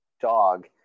dog